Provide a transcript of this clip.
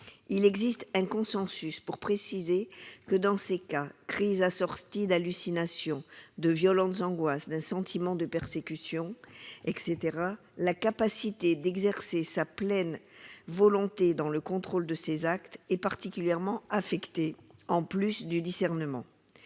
Il existe un consensus pour préciser que, dans ces cas- crise d'hallucinations, violentes angoisses, sentiment de persécution, etc. -, la capacité d'exercer sa pleine volonté dans le contrôle de ses actes est particulièrement affectée, en plus du discernement.